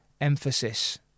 emphasis